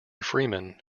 freeman